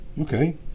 okay